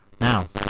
Now